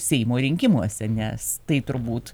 seimo rinkimuose nes tai turbūt